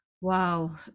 wow